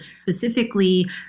specifically